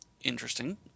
Interesting